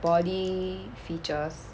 body features